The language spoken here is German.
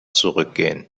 zurückgehen